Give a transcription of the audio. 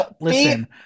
Listen